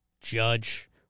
Judge